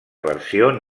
versió